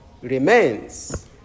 remains